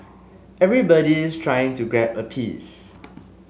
everybody's trying to grab a piece